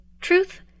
Truth